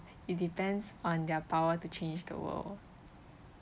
it depends on their power to change the world